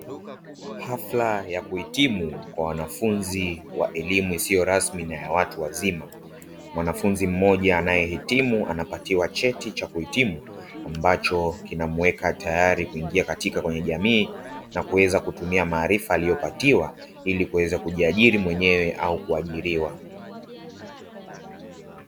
Hafula ya kuhitimu kwa wanafunzi wa elimu isiyo rasmi ya watu wazima, mwanafunzi mmoja anaehitimu anapatiwa cheti cha kuhitimu ambacho kinamuweka tayari kuingia katika jamii na kuweza kutumia maarifa aliyopatiwa ili kuweza kujiajiri mwenyewe au kuajiriwa.